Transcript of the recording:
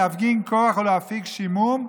להפגין כוח ולהפיג שעמום,